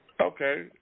Okay